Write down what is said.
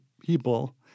people